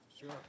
Sure